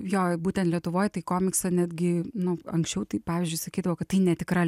jo būtent lietuvoj tai komiksą netgi nu anksčiau tai pavyzdžiui sakydavo kad tai netikra